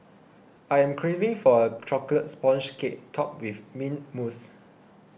I am craving for a Chocolate Sponge Cake Topped with Mint Mousse